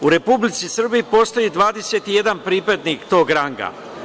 U Republici Srbiji postoji 21 pripadnik tog ranga.